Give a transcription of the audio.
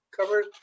covered